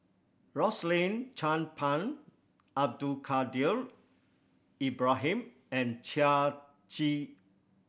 Rosaline Chan Pang Abdul Kadir Ibrahim and Chia Tee